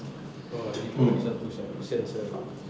oh dia tu lagi satu sia kesian sia